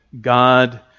God